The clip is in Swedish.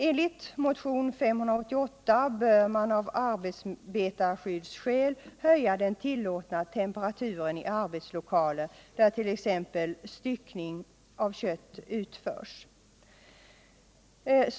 Enligt motion 588 bör man av arbetarskyddsskäl höja den tillåtna temperaturen i arbetslokaler där t.ex. styckning av kött utförs.